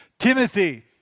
Timothy